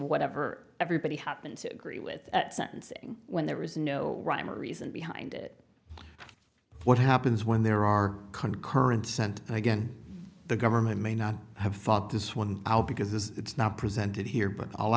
whatever everybody happened to agree with at sentencing when there is no rhyme or reason behind it what happens when there are concurrent sent and again the government may not have thought this one out because this it's not presented here but i'll